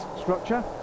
structure